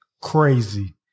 crazy